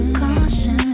caution